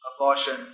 abortion